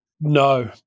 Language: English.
no